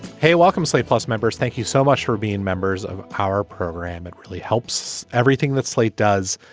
hey welcome slate plus members. thank you so much for being members of a power program it really helps everything that slate does.